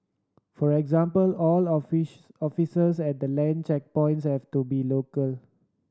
for example all officers at the land checkpoints have to be local